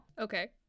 Okay